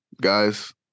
guys